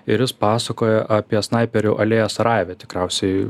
ir jis pasakojo apie snaiperių alėją sarajeve tikriausiai